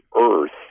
earth